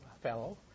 fellow